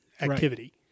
activity